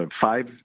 five